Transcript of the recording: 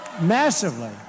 Massively